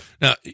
Now